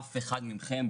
אף אחד מכם,